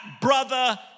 brother